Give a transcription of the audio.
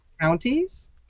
counties